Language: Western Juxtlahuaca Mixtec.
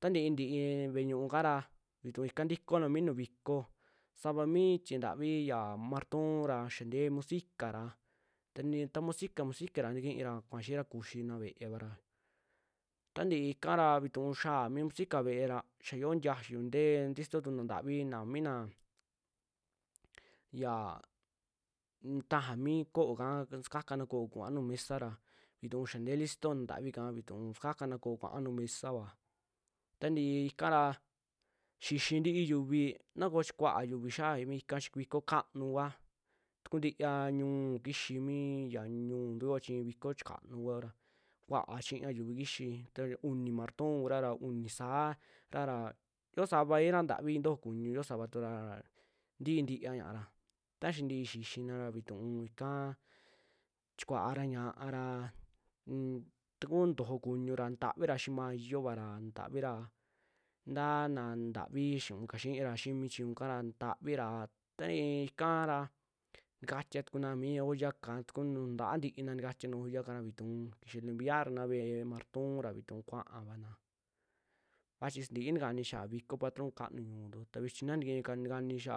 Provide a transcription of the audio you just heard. Tanti tii ve'e ñu'un kara, vituu ika ntikoona mi nuu viko, sava mi tie ntavi ya marton ra xiaa ntee musicara tantee taa musica, musica ra ntikiira kua xiira kuxiina ve'evara tantii ika raa vituu xiaa mi musica ve'e ra xaa xio ntiayu, ntee listo tu na natavi na mina yaa un taja mi ko'ka sukaka ko'o kua nuju mesara vituu xiaa nte listo naa ntavika, vituu sakana ko'o kuaa nuu mesava tantii ikara xixi ntii yuuvi na koo chii kua'a yuuvi xiaa mi ika chi viko ka'anu kua takuntiaa ñu'u kixi mi ya ñuntu yoo chi viko chikanu kuao ra kua'a chiña yuvi kixi taa uni marton kura ra uni sa'ara, xioo savai ra ntavi ntojo kuñu yo sava turara nti'i ntii ña'ara, ta xaa ntii xixina ra vituu kaa kuara ñiara taku ntojo kuñu ra ntavira xii mayo vara ntavira ntaa na ntavi xiniuuka xiira xii mi chiñukara ntataviraa, tantii ikara takatia tukuna mi ollaka su nu nta'a ntiina ntakatiana ollaka ra vituu kuxa limpiar na ve'e marton ra vituu kuaavana va'a chi sintii ntakani xiaa mi viko patron kanu ñuntu ta vichi naa kii ntakani xia